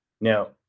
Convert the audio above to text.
now